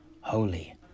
Holy